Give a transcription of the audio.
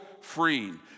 freeing